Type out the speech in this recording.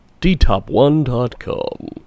DTOP1.com